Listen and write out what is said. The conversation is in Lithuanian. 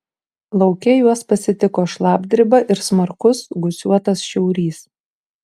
lauke juos pasitiko šlapdriba ir smarkus gūsiuotas šiaurys